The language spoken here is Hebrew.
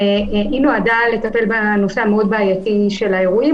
והיא נועדה לטפל בנושא הבעייתי של האירועים